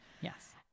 yes